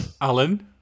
Alan